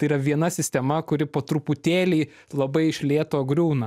tai yra viena sistema kuri po truputėlį labai iš lėto griūna